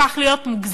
הפך להיות מוגזם,